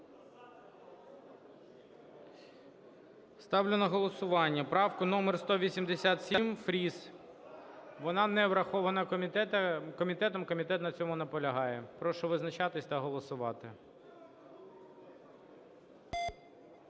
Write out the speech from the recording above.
Ставлю на голосування правку номер 187 Фріс. Вона не врахована комітетом, комітет на цьому наполягає. Прошу визначатись та голосувати.